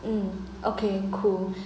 um okay cool